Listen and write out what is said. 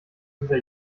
dieser